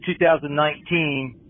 2019